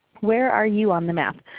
where are you on the map?